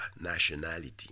nationality